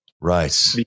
Right